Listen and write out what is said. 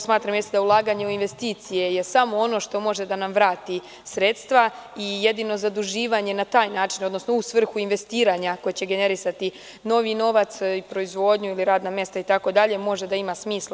Smatram daulaganje u investicije je samo ono što može da nam vrati sredstva i jedino zaduživanje na taj način, odnosno u svrhu investiranja koje će generisati novi novac i proizvodnju ili radna mesta itd. može da ima smisla.